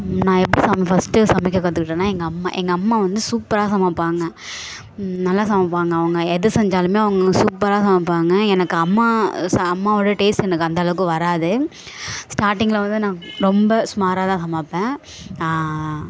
நான் எப்படி சம ஃபஸ்ட்டு சமைக்க கற்றுக்கிட்டேன்னா எங்கள் அம்மா எங்கள் அம்மா வந்து சூப்பராக சமைப்பாங்க நல்லா சமைப்பாங்க அவங்க எது செஞ்சாலுமே அவங்க சூப்பராக சமைப்பாங்க எனக்கு அம்மா சா அம்மாவோடய டேஸ்ட் எனக்கு அந்தளவுக்கு வராது ஸ்டார்ட்டிங்கில் வந்து நான் ரொம்ப சுமாராக தான் சமைப்பேன்